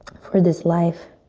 for this life,